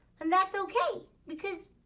and that's okay because,